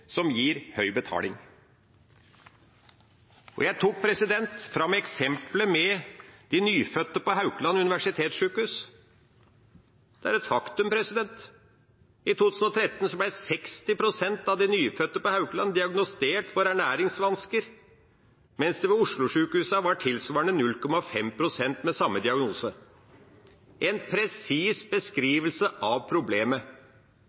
som gir høy betaling. Jeg tok fram eksemplet med de nyfødte på Haukeland universitetssykehus. Det er et faktum: I 2013 ble 60 pst. av de nyfødte på Haukeland diagnostisert med ernæringsvansker, mens det ved Oslo-sykehusene var 0,5 pst. med den samme diagnosen. Dette er en presis beskrivelse av problemet.